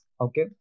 okay